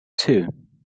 two